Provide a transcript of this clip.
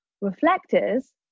Reflectors